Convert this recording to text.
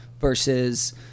versus